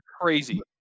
crazy